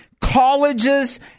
colleges